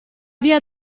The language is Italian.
via